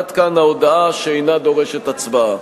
עד כאן ההודעה שאינה דורשת הצבעה.